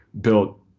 built